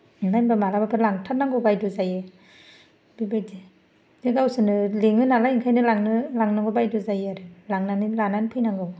ओमफाय होमबा मालाबाफोर लांथारनांगौ बायद' जायो बेबायदि गावसोरनो लेङो नालाय ओंखायनो लांनो लांनांगौ बायद' जायो आरो लांनानै लानानै फैनांगौ